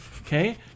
Okay